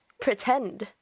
pretend